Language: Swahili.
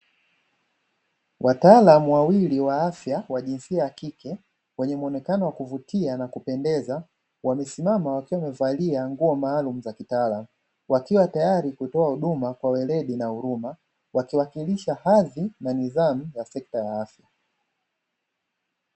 wataalamu wawili wa afya wa jinsia ya kike, wenye mwonekano wa kuvutia na kupendeza, wamesimama wakiwa wamevalia nguo maalum za kitaalamu. Wako tayari kutoa huduma kwa weledi na huruma, wakiwakilisha hadhi na nidhamu ya sekta ya afya.